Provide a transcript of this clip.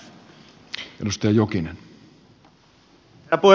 herra puhemies